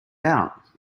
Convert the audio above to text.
out